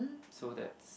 so that's